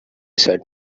said